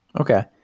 Okay